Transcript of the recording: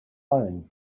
owned